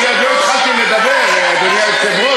אני עוד לא התחלתי לדבר, אדוני היושב-ראש.